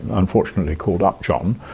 unfortunately called upjohn,